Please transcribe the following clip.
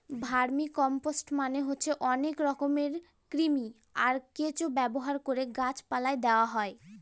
vermicompost মানে হচ্ছে অনেক রকমের কৃমি, আর কেঁচো ব্যবহার করে গাছ পালায় দেওয়া হয়